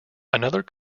another